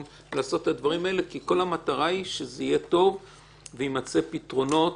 ולעשות את הדברים האלה כי כל המטרה היא שזה יהיה טוב ויימצאו פתרונות